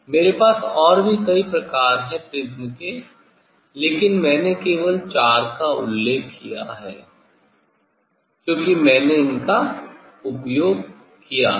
मेरे पास और भी कई प्रकार हैं लेकिन मैंने केवल चार का उल्लेख किया है क्योंकि मैंने इनका उपयोग किया है